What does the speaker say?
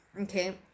Okay